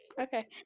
Okay